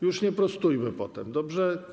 Już nie prostujmy potem, dobrze?